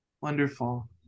Wonderful